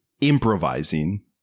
improvising